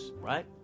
right